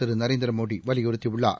Thiru Narendra Modi வலியறுத்திள்ளார்